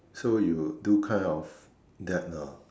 so you would do kind of that lah